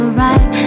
right